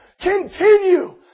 Continue